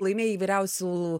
laimėjai įvyriausių